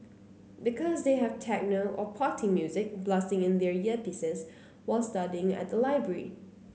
because they have techno or party music blasting in their earpieces while studying at the library